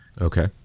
okay